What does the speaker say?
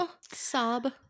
Sob